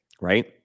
right